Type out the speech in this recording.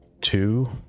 Two